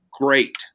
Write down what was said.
great